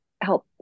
help